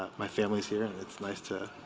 my family's here and it's nice to